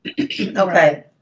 okay